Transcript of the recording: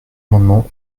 amendement